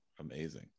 Amazing